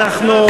אנחנו,